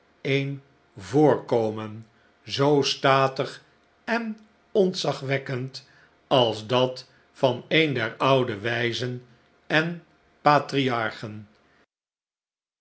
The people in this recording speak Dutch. een voorkomen zoo statig en ontzagwekkend als dat van een der oude wijzen en patriarchen